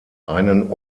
einen